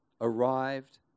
arrived